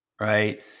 right